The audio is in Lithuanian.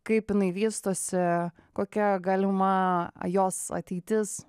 kaip jinai vystosi kokia galima jos ateitis